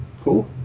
Cool